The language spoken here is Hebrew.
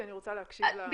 כי אני רוצה להקשיב להמשך.